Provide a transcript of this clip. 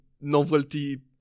novelty